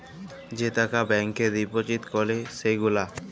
যে টাকা ব্যাংকে ডিপজিট ক্যরে সে গুলা